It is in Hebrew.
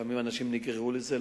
לפעמים אנשים נגררו לזה,